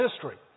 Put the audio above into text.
history